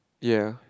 ya